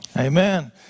amen